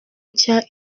nshya